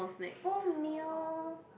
full meal